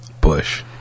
Bush